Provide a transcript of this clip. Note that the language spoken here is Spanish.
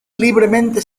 libremente